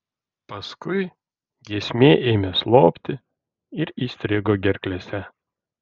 paskui giesmė ėmė slopti ir įstrigo gerklėse